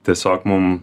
tiesiog mum